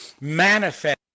manifest